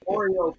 Oreo